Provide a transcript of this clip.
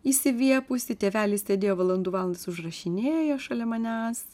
išsiviepusi tėvelis sėdėjo valandų valandas užrašinėjo šalia manęs